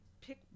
Pick